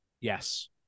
Yes